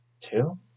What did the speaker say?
Two